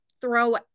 throw